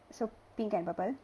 so pink and purple